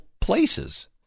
places